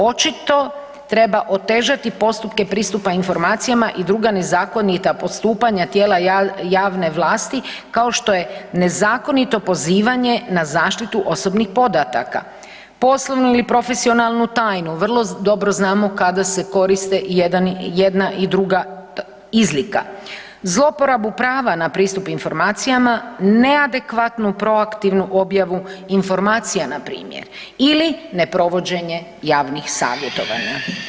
Očito treba otežati postupke pristupa informacijama i druga nezakonita postupanja tijela javne vlasti kao što je nezakonito pozivanje na zaštitu osobnih podataka, poslovnu ili profesionalnu tajnu, vrlo dobro znamo kada se koriste i jedna i druga izlika, zlouporabu prava na pristup informacijama, neadekvatnu proaktivnu objavu informacija npr. ili ne provođenje javnih savjetovanja.